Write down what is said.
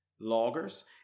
loggers